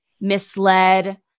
misled